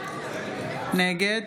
נגד